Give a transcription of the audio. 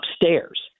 Upstairs